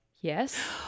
yes